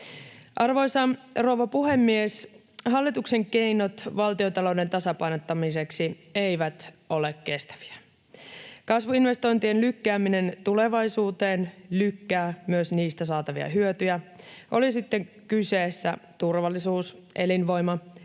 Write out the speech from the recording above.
Arvoisa rouva puhemies! Hallituksen keinot valtiontalouden tasapainottamiseksi eivät ole kestäviä. Kasvuinvestointien lykkääminen tulevaisuuteen lykkää myös niistä saatavia hyötyjä, oli sitten kyseessä turvallisuus, elinvoima tai